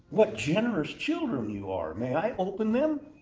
what generous children you are. may i open them?